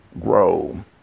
grow